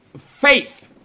Faith